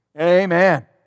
Amen